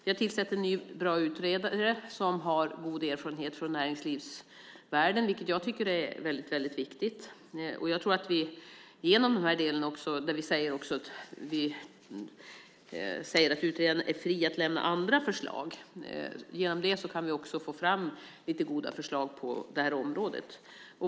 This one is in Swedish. Vi har tillsatt en ny bra utredare som har god erfarenhet från näringslivsvärlden, vilket jag tycker är väldigt viktigt. Vi säger att utredaren är fri att lämna även andra förslag. Genom det kan vi också få fram lite goda förslag på detta område.